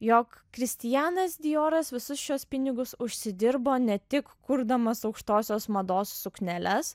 jog kristianas dioras visus šiuos pinigus užsidirbo ne tik kurdamas aukštosios mados sukneles